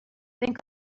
think